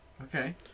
Okay